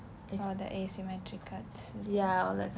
oh the asymmetric cuts is it